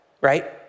right